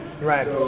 Right